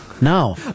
no